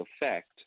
effect